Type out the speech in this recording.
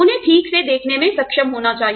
उन्हें ठीक से देखने में सक्षम होना चाहिए